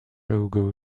logo